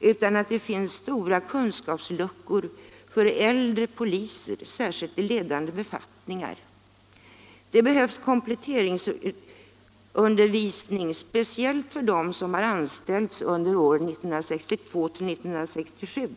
utan att även kompletteringsundervisning anordnas. Det finns stora kunskapsluckor hos äldre poliser, särskilt i ledande befattningar, och det behövs kompletteringsundervisning, speciellt för dem som anställts under åren 1962-1967.